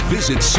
Visit